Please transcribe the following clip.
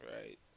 Right